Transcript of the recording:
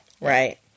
Right